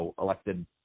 elected